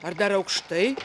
ar dar aukštai